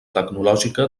tecnològica